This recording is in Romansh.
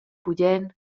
bugen